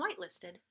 whitelisted